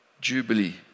Jubilee